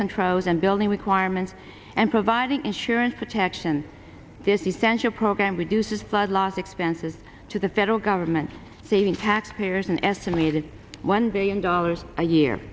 controls and building requirements and providing insurance protection this essential program reduces flood loss expenses to the federal government saving taxpayers an estimated one billion dollars a year